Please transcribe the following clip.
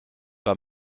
pas